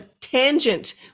tangent